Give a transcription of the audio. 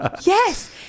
Yes